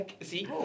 See